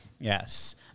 Yes